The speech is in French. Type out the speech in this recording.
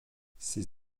ses